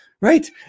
right